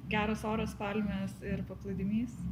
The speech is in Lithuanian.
geras oras palmės ir paplūdimys